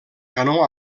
canó